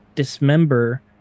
Dismember